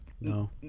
No